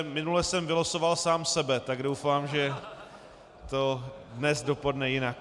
Minule jsem vylosoval sám sebe, tak doufám, že to dnes dopadne jinak.